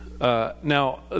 Now